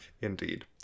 Indeed